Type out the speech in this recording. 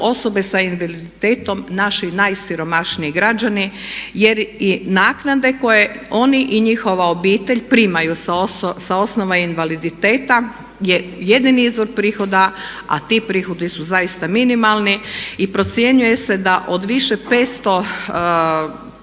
osobe sa invaliditetom naši najsiromašniji građani jer i naknade koje oni i njihove obitelji primaju sa osnova invaliditeta su jedini izvor prihoda a ti prihodi su zaista minimalni. I procjenjuje se da od više od